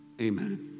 amen